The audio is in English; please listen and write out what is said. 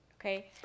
Okay